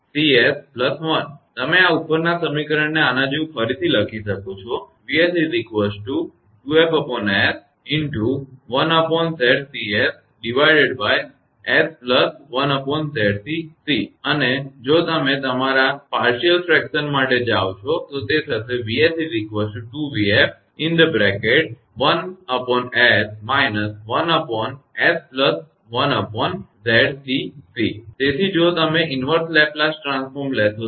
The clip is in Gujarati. તમે ઉપરના સમીકરણને આના જેવું ફરીથી લખી શકો છો અને જો તમે તમારા આંશિક અપૂર્ણાંક માટે જાઓ છો તો તે થશે તેથી જો તમે ઇનવર્સ લેપલેસ ટ્રાન્સફોર્મ લેશો તો